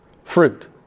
Fruit